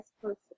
supposed